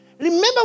Remember